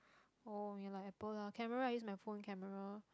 orh you like Apple lah camera I use my phone camera